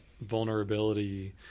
vulnerability